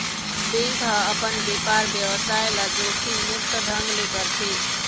bank ह अपन बेपार बेवसाय ल जोखिम मुक्त ढंग ले करथे